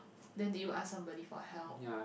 then did you ask somebody for help